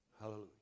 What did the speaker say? Hallelujah